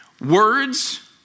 Words